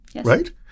right